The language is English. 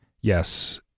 Yes